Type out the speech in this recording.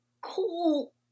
cool